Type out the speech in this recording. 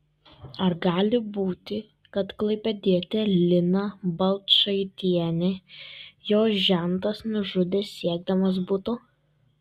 ar gali būti kad klaipėdietę liną balčaitienę jos žentas nužudė siekdamas buto